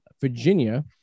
Virginia